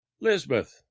Lisbeth